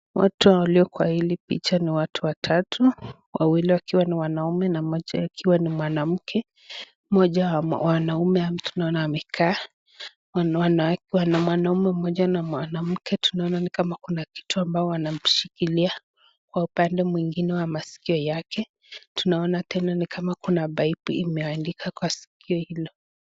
Watu walio kwa hili picha ni watu watatu, wawili wakiwa ni wanaume, na mmoja akiwa ni mwanamke, mmoja wa wanaume tunaona amekaa, mwanaume mmoja na mwanamke tunaona ni kama kuna kitu ambao wanamshikilia kwa upande mwingine wa masikio yake, tunaona tena ni kama kuna pipe imeandika kwa sikio hilo.